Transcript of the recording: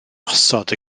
osod